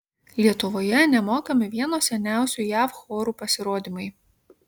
lietuvoje nemokami vieno seniausių jav chorų pasirodymai